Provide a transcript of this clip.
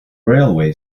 railway